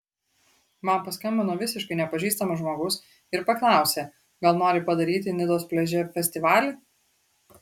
man paskambino visiškai nepažįstamas žmogus ir paklausė gal nori padaryti nidos pliaže festivalį